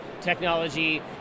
technology